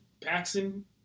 Paxson